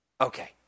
Okay